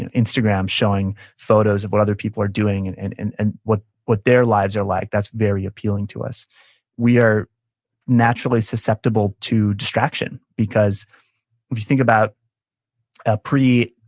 and instagram showing photos of what other people are doing and and and and what what their lives are like, that's very appealing to us we are naturally susceptible to distraction, because if you think about a preindustrial,